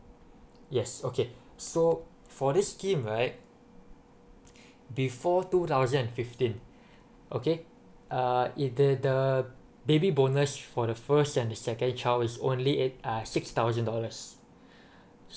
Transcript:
yes okay so for this scheme right before two thousand and fifteen okay uh and the the baby bonus for the first and the second child is only eight uh six thousand dollars